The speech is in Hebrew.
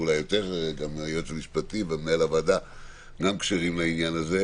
ואולי יותר גם היועץ המשפטי ומנהל הוועדה כשרים לעניין הזה: